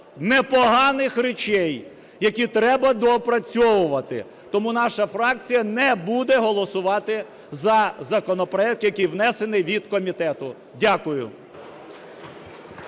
непоганих речей, які треба доопрацьовувати. Тому наша фракція не буде голосувати за законопроект, який внесений від комітету. Дякую.